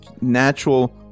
natural